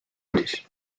uudis